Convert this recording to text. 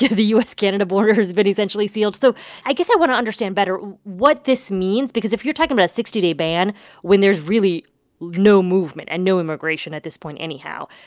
yeah the u s canada border has been essentially sealed. so i guess i want to understand better what this means because if you're talking about a sixty day ban when there's really no movement and no immigration at this point anyhow,